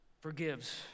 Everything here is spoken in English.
forgives